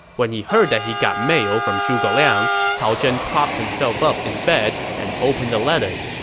when he heard that he got mail from zhuge liang, cao zhen propped himself up in bed and opened the letter.